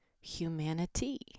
humanity